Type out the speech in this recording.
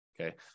okay